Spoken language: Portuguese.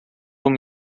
uma